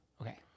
Okay